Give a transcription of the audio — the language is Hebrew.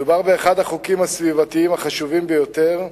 מדובר באחד החוקים הסביבתיים החשובים ביותר,